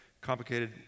complicated